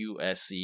USC